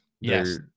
Yes